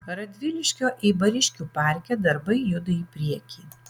radviliškio eibariškių parke darbai juda į priekį